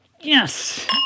Yes